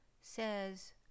says